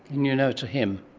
and you know it's a him?